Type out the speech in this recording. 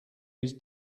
his